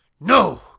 No